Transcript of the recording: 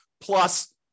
plus